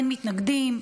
אין מתנגדים,